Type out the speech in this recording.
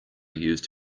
used